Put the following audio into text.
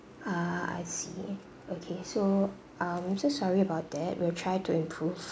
uh I see okay so I'm so sorry about that we'll try to improve